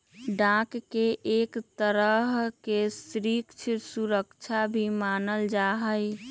bond के एक तरह के ऋण सुरक्षा भी मानल जा हई